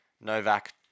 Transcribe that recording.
Novak